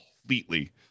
completely